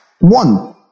One